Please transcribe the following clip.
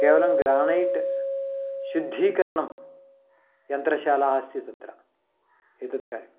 केवलं ग्रानैट् शुद्धीकरणं यन्त्रशाला आस्ति तत्र एतत् कार्यम्